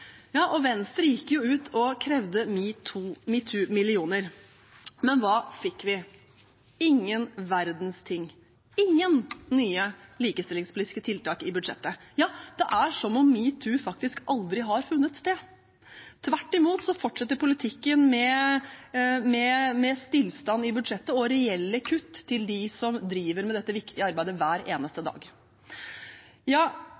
ja, Venstre gikk ut og krevde metoo-millioner. Men hva fikk vi? Ingen verdens ting – det er ingen nye likestillingspolitiske tiltak i budsjettet. Det er som om metoo aldri har funnet sted. Tvert imot fortsetter politikken med stillstand i budsjettet og reelle kutt til dem som driver med dette viktige arbeidet hver eneste